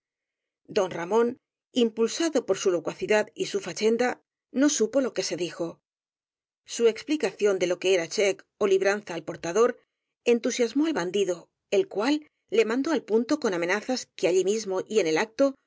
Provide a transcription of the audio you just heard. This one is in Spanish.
don ramón impulsado por su locuacidad y su fachenda no supo lo que se dijo su explicación de lo que era check ó libranza al portador entu siasmó al bandido el cual le mandó al punto con amenazas que allí mismo y en el acto